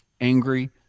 angry